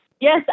Yes